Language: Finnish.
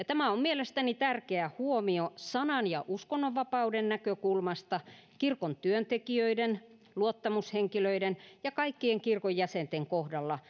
tämä on mielestäni tärkeä huomio sanan ja uskonnonvapauden näkökulmasta kirkon työntekijöiden luottamushenkilöiden ja kaikkien kirkon jäsenten kohdalla